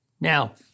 Now